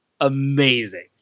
amazing